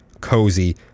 cozy